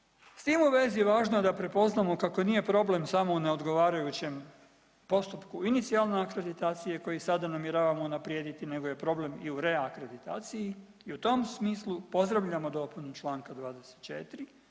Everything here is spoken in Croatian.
S tim u vezi važno je da prepoznamo kako nije problem samo u neodgovarajućem postupku inicijalne akreditacije koji sada namjeravamo unaprijediti nego je problem i u reakreditaciji i u tom smislu pozdravljamo dopunu čl. 24.